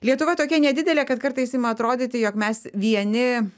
lietuva tokia nedidelė kad kartais ima atrodyti jog mes vieni